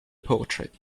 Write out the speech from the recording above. portrait